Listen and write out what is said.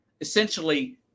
Essentially